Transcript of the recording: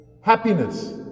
happiness